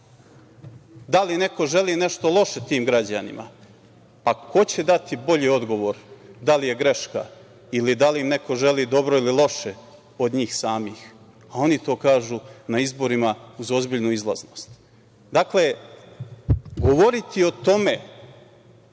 da li neko želi nešto loše tim građanima, pa ko će dati bolji odgovor da li je greška ili da li neko želi dobro ili loše od njih samih, a oni to kažu na izborima, uz ozbiljnu izlaznost. Dakle, govoriti o tome,